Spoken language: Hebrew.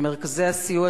ומרכזי הסיוע,